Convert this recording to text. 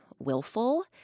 willful